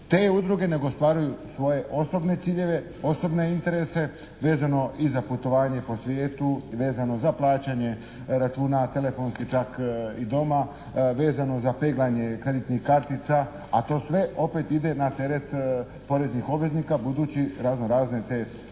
te udruge nego ostvaruju svoje osobne ciljeve, osobne interese vezano i za putovanje po svijetu i vezano za plaćanje računa, telefonskih čak i doma, vezano za peglanje kreditnih kartica a to sve opet ide na teret poreznih obveznika budući te razno razne nevladine